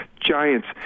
giants